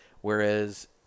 Whereas